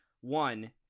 One